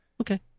Okay